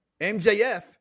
MJF